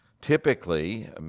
typically